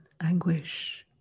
anguish